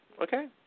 Okay